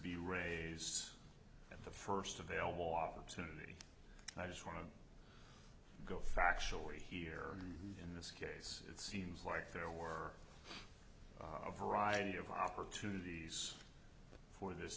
be raise at the first available opportunity and i just want to go factually here in this case it seems like there were a variety of opportunities for this